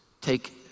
take